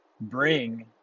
bring